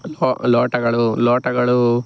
low ಲೋಟಗಳು ಲೋಟಗಳು